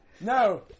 No